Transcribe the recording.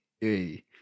Hey